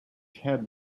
head